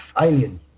Alien